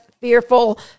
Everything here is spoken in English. fearful